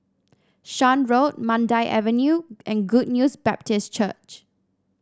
Shan Road Mandai Avenue and Good News Baptist Church